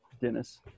Dennis